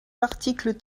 l’article